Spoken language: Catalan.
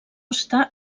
està